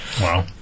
Wow